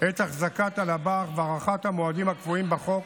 את החזקת הלב"ח והארכת המועדים הקבועים בחוק